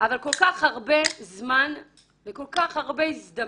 אבל כל כך הרבה זמן וכל כך הרבה הזדמנויות